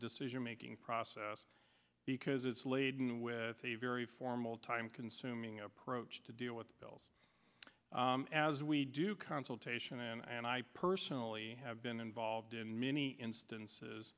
decision making process because it's laden with a very formal time consuming approach to deal with bills as we do consultation and i personally have been involved in many instances